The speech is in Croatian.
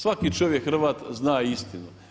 Svaki čovjek Hrvat zna istinu.